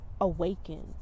awaken